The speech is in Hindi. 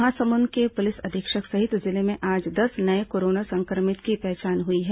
महासमुंद के पुलिस अधीक्षक सहित जिले में आज दस नये कोरोना संक्रमितों की पहचान हुई है